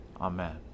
Amen